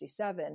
1967